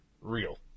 real